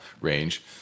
range